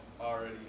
already